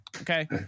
okay